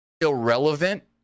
irrelevant